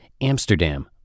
Amsterdam